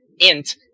int